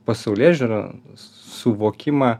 pasaulėžiūrą suvokimą